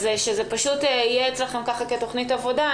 שזה פשוט יהיה אצלכם כתוכנית עבודה.